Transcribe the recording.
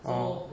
orh